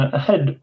ahead